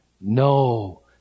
No